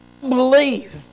believe